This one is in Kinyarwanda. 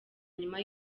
nyuma